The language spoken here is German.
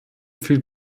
viel